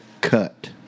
cut